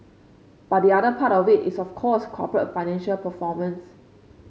but the other part of it is of course corporate financial performance